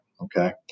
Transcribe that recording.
Okay